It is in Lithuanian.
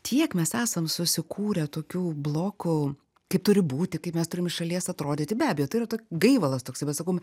tiek mes esam susikūrę tokių blokų kaip turi būti kaip mes turim iš šalies atrodyti be abejo tai yra gaivalas toksai bet sakau